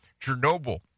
Chernobyl